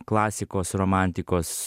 klasikos romantikos